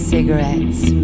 Cigarettes